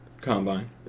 combine